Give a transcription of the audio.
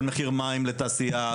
של מחיר מים לתעשייה,